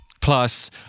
Plus